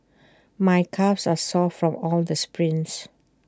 my calves are sore from all this sprints